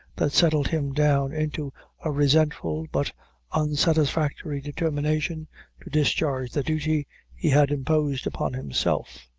that settled him down into a resentful but unsatisfactory determination to discharge the duty he had imposed upon himself.